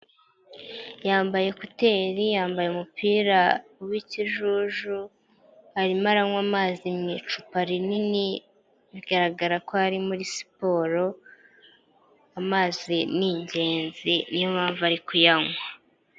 Yambaye kuteri yambaye umupira w'ikijuju, arimo aranywa amazi mu icupa rinini bigaragara ko ari muri siporo, amazi ni ingenzi niyo mpamvu ari kuyanywa.